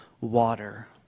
water